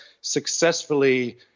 successfully